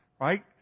right